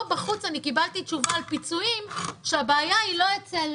פה בחוץ אני קיבלתי תשובה על פיצויים כשהבעיה היא לא אצל,